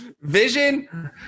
Vision